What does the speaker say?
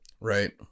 right